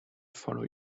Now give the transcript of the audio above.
follow